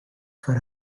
for